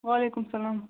وعلیکُم السلام